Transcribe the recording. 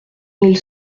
mille